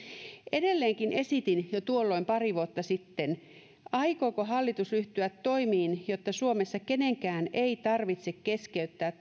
edelleenkin esitin jo tuolloin pari vuotta sitten aikooko hallitus ryhtyä toimiin jotta suomessa kenenkään ei tarvitse keskeyttää